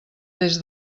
des